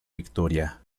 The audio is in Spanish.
victoria